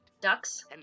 Ducks